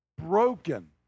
broken